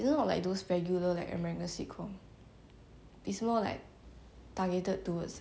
targeted towards like young people that's why I get most of their like like humour and stuff